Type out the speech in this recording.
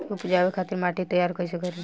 उपजाये खातिर माटी तैयारी कइसे करी?